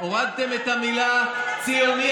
הורדתם את המילה "ציוני",